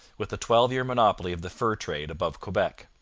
with a twelve-year monopoly of the fur trade above quebec.